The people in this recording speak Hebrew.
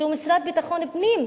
שהוא המשרד לביטחון פנים,